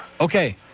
Okay